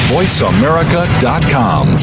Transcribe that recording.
VoiceAmerica.com